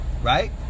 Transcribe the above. Right